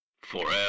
Forever